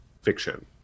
fiction